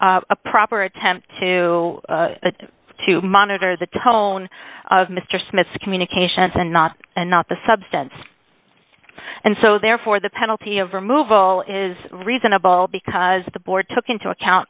a proper attempt to to monitor the tone of mr smith's communications and not and not the substance and so therefore the penalty of removal is reasonable because the board took into account